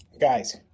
Guys